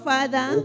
Father